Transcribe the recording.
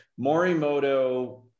Morimoto